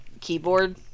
keyboard